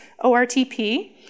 ORTP